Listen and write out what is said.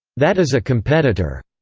that is a competitor.